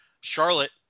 Charlotte